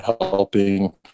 helping